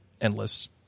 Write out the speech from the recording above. endless